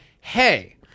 Hey